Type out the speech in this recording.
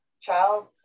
child